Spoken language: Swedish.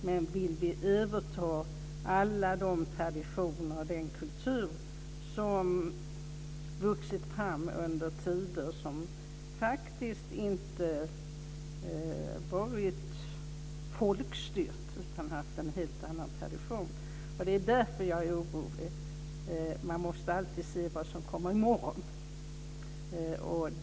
Men vill vi överta alla traditioner och den kultur som vuxit fram under tider då det inte varit folkstyre? Det är därför jag är orolig. Man måste alltid se vad som kommer i morgon.